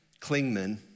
Klingman